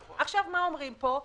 עכשיו, מה אומרים פה?